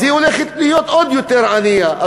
היא הולכת להיות עוד יותר ענייה.